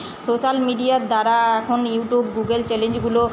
social মিডিয়ার দ্বারা এখন ইউটিউব গুগল চ্যালেঞ্জগুলো